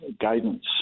guidance